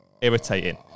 irritating